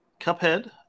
Cuphead